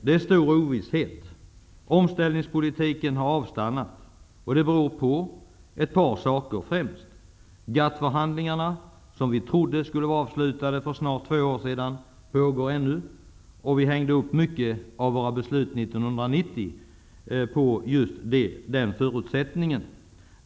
Det råder stor ovisshet. Omställningspolitiken har avstannat. Det beror främst på att GATT förhandlingarna, som vi trodde skulle vara avslutade för snart två år sedan, ännu pågår. Vi hängde upp mycket av våra beslut år 1990 på just den förutsättningen.